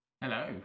Hello